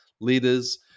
leaders